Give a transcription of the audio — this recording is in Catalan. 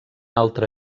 altra